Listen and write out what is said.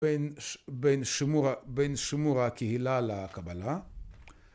‫בין שמור הקהילה לקבלה.